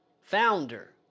founder